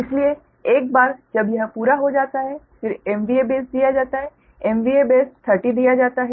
इसलिए एक बार जब यह पूरा हो जाता है फिर MVA बेस दिया जाता है MVA बेस 30 दिया जाता है